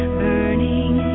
burning